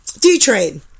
D-Trade